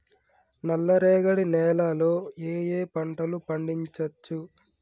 నల్లరేగడి నేల లో ఏ ఏ పంట లు పండించచ్చు?